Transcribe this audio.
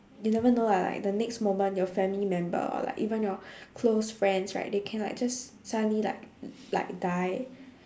you never know lah like the next moment your family member or like even your close friends right they can like just suddenly like like die